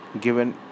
given